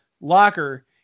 locker